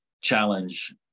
challenge